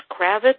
Kravitz